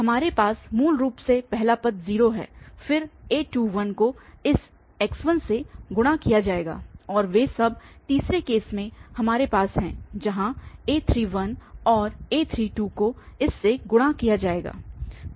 आपके पास मूल रूप से पहला पद 0 है फिर a 21 को इस x1 से गुणा किया जाएगा और वे सब तीसर केस में हमारे पास है जहां a31 और a32 को इस से गुणा किया जाएगा